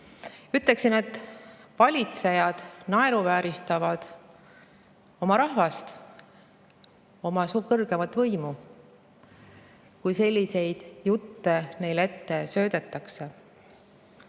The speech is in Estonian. Ütleksin, et valitsejad naeruvääristavad oma rahvast, kõrgeimat võimu, kui selliseid jutte neile ette söödavad.